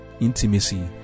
intimacy